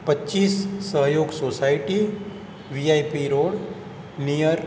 પચ્ચીસ Sahyog society VIP road near